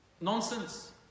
nonsense